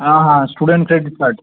হ্যাঁ হ্যাঁ student credit card